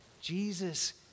Jesus